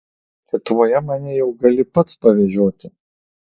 lietuvoje mane jau gali pats pavežioti